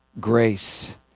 grace